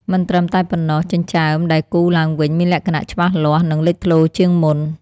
មិនត្រឹមតែប៉ុណ្ណោះ ចិញ្ចើមដែលគូរឡើងវិញមានលក្ខណៈច្បាស់លាស់ និងលេចធ្លោជាងមុន។